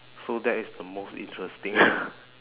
so that is the most interesting